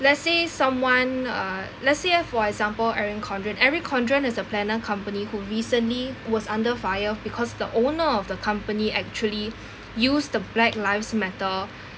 let's say someone uh let's say for example erin condren erin condren is a planner company who recently was under fire because the owner of the company actually used the black lives matter